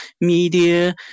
media